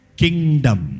kingdom